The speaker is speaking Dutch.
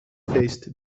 feest